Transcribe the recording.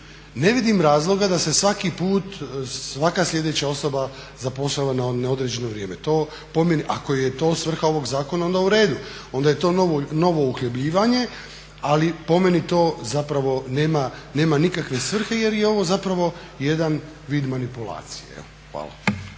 Ne vidim razloga da se svaki put, svaka sljedeća osoba zapošljava na neodređeno vrijeme. Ako je to svrha ovoga zakona onda uredu, onda je to novo uhljebljivanje, ali po meni to nema nikakve svrhe jer je ovo jedan vid manipulacije. Hvala.